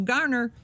Garner